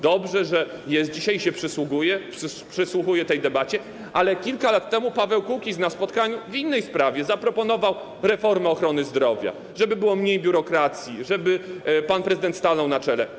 Dobrze, że jest dzisiaj i się przysłuchuje tej debacie, ale kilka lat temu Paweł Kukiz na spotkaniu w innej sprawie zaproponował reformę ochrony zdrowia, żeby było mniej biurokracji, żeby pan prezydent stanął na czele.